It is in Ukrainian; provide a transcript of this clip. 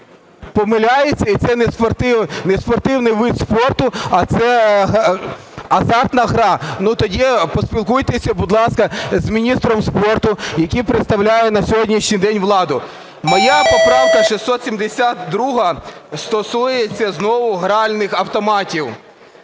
Моя поправка 672 стосується знову гральних автоматів.